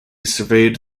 surveyed